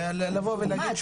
לבוא ולהגיד,